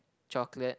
chocolate